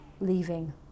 leaving